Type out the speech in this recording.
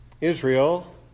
Israel